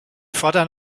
fordern